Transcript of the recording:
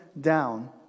down